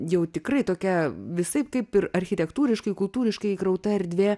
jau tikrai tokia visaip kaip ir architektūriškai kultūriškai įkrauta erdvė